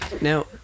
Now